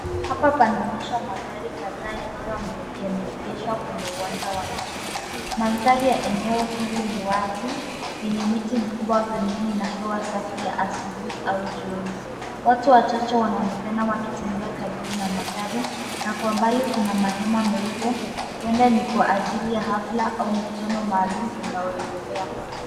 Hapa panaonyesha magari kadhaa yakiwa yameegeshwa kwenye uwanja wa nyasi . Mandhari ya eneo hili ni wazi yenye miti mikubwa pembeni na hewa safi ya asubuhi au jioni. Watu wachache wanaonekana wakitembea karibu na magari na kwa mbali kuna mahema meupe huenda ni kwa ajili ya hafla au mkutano maalum unaoendelea .